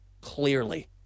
clearly